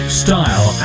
style